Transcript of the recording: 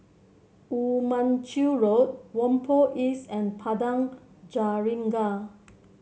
Woo Mon Chew Road Whampoa East and Padang Jeringau